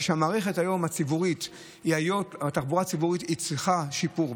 מערכת התחבורה הציבורית היום צריכה שיפור.